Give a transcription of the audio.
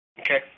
Okay